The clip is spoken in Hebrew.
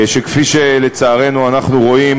שכפי שלצערנו אנחנו רואים,